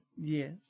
Yes